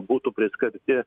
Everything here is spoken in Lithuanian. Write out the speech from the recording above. būtų priskirti